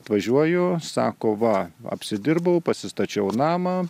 atvažiuoju sako va apsidirbau pasistačiau namą